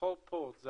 הכחול פה זה